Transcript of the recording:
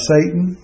Satan